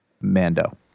Mando